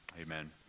Amen